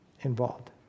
involved